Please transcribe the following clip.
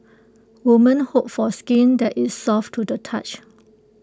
woman hope for skin that is soft to the touch